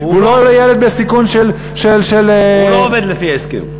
הוא לא עובד לפי ההסכם.